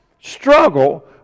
struggle